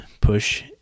push